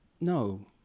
no